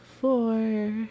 four